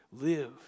Live